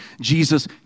Jesus